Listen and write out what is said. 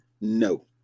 No